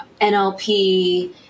NLP